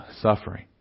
suffering